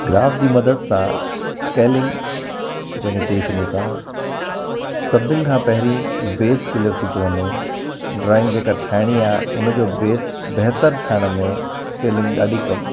graph जी मदद सां स्कैलिंग जंहिं खे चई सघूं था सभिनी खां पहिरीं बेस क्लीयर थी थो वञे ड्रॉइंग जेका ठाहिणी आहे हुनजो बेस बहितर ठाहिण में स्कैलिंग ॾाढी कमु अचे थी